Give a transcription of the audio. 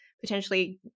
potentially